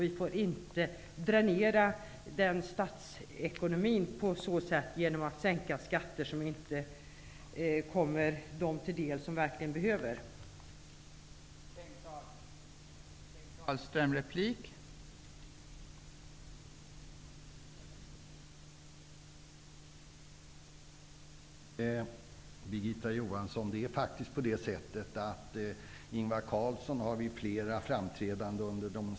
Vi får inte dränera statsekonomin genom skattesänkningar som inte kommer dem till del som verkligen behöver dem.